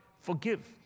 forgive